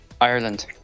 Ireland